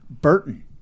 Burton